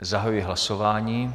Zahajuji hlasování.